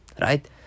right